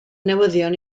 newyddion